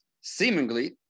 seemingly